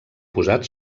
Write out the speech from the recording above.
posat